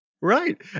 Right